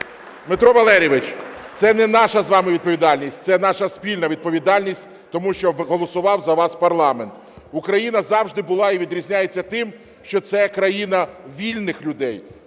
Дмитро Валерійович, це не наша з вами відповідальність, це наша спільна відповідальність, тому що голосував за вас парламент. Україна завжди була і відрізняється тим, що це країна вільних людей.